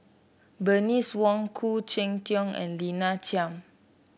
Bernice Wong Khoo Cheng Tiong and Lina Chiam